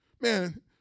man